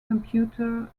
computer